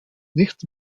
nichts